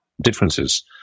differences